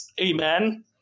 Amen